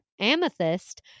amethyst